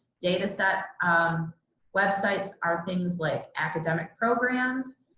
dataset websites are things like academic programs,